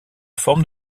forme